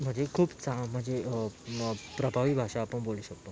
म्हणजे खूप चांग म्हणजे प्रभावी भाषा आपण बोलू शकतो